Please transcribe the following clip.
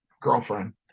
girlfriend